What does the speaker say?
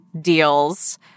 deals